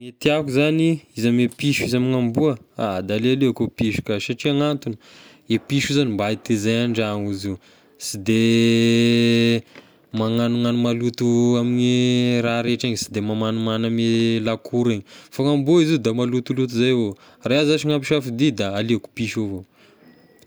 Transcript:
Ny tiako zagny izy ame piso izy ame amboa, ah! Da aleoleoko piso ka satria ny antogny e piso zagny mba hay tezay an-dragno izy io, sy de magnanognano maloto amin'ny raha rehetra igny, sy de mamagnimagny ame lakorp igny, fa gn'amboa izao da malotoloto izay avao, raha iahy zashy nampisafidia da aleoko piso avao.